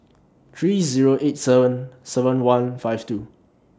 three Zero eight seven seven one five two